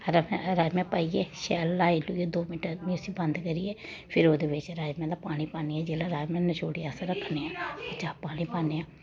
राजमा पाइयै शैल ल्हाई ल्हूइयै दो मिंट्ट उसी बंद करियै फिर ओह्दे बिच्च राजमा दा पानी पान्नी आं जेल्लै राजमा नचोड़ियै अस रक्खने आं जां पानी पान्ने आं